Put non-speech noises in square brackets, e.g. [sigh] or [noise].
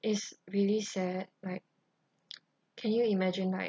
is really sad like [noise] can you imagine like